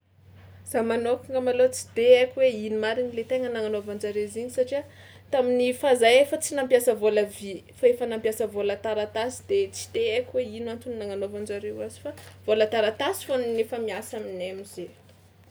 Za manôkagna malôha tsy de haiko hoe ino marigny le tegna nagnanaovan-jare izy igny satria tamin'ny faha zahay fao tsy nampiasa vôla vy fa efa nampiasa vôla taratasy de tsy de haiko hoe ino antony nagnanaovan-jareo fa vôla taratasy fao no efa miasa aminay am'zay.